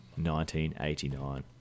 1989